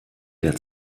der